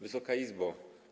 Wysoka Izbo!